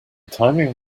timing